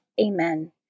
Amen